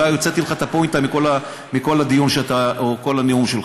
אולי הוצאתי לך את הפואנטה מכל הנאום שלך.